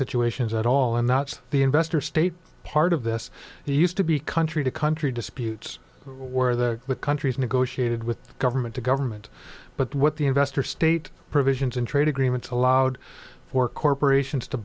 situations at all and that's the investor state part of this used to be country to country disputes where the countries negotiated with the government to government but what the investor state provisions in trade agreements allowed for corporations to